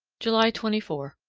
july twenty four.